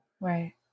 Right